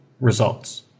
results